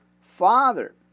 Father